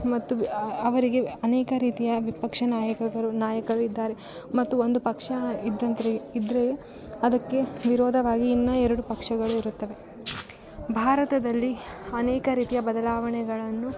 ಮತ್ತು ಅವರಿಗೆ ಅನೇಕ ರೀತಿಯ ವಿಪಕ್ಷ ನಾಯಕರುಗಳು ನಾಯಕರು ಇದ್ದಾರೆ ಮತ್ತು ಒಂದು ಪಕ್ಷ ಇದ್ದಂತ್ರೆ ಇದ್ದರೆ ಅದಕ್ಕೆ ವಿರೋಧವಾಗಿ ಇನ್ನ ಎರಡು ಪಕ್ಷಗಳು ಇರುತ್ತವೆ ಭಾರತದಲ್ಲಿ ಅನೇಕ ರೀತಿಯ ಬದಲಾವಣೆಗಳನ್ನು